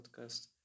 podcast